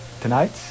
tonight